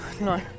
No